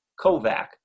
Kovac